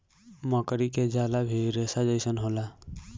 मकड़ी के जाला भी रेसा जइसन होला